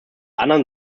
anderen